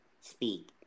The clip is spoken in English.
speak